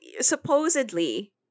supposedly